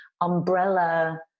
umbrella